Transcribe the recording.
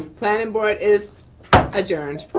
planning board is adjourned.